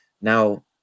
Now